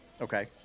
Okay